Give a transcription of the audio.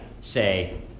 say